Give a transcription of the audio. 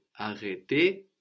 arrêter